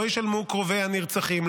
לא ישלמו קרובי הנרצחים,